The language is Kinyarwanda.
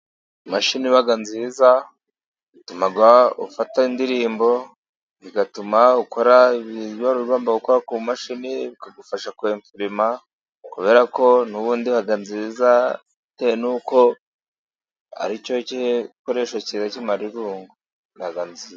Imashini iba nziza, ituma ufata indirimbo, igatuma ukora ibyo wari ugomba gukora ku mashini, bikagufasha kwempurima kubera ko nubundi iba nziza, bitewe n'uko ari cyo gikoresho cyiza kimara irungu.